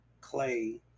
Clay